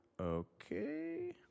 Okay